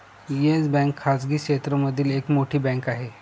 yes Bank खाजगी क्षेत्र मधली एक मोठी बँक आहे